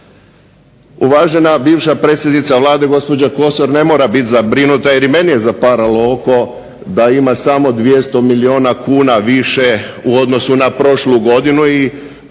Uvažena bivša predsjednica Vlade gospođa Kosor ne mora biti zabrinuta, jer i meni je zaparalo oko da ima samo 200 milijuna kuna više u odnosu na prošlu godinu